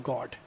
God